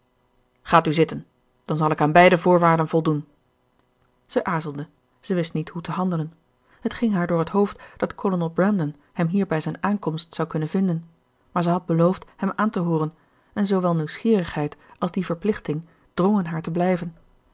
gaat u zitten dan zal ik aan beide voorwaarden voldoen zij aarzelde zij wist niet hoe te handelen het ging haar door het hoofd dat kolonel brandon hem hier bij zijn aankomst zou kunnen vinden maar zij had beloofd hem aan te hooren en zoowel nieuwsgierigheid als die verplichting drongen haar te blijven